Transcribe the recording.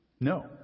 No